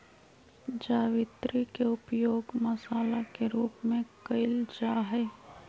जावित्री के उपयोग मसाला के रूप में कइल जाहई